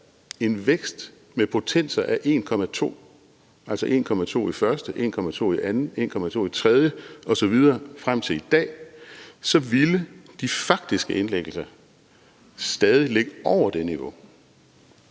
en vækst med potenser af 1,2 – altså 1,2 i første potens, 1,2 i anden potens, 1,2 i tredje potens osv. – frem til i dag, så ville de faktiske indlæggelser stadig ligge over det niveau.